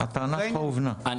הטענה שלך הובנה,